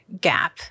gap